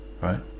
right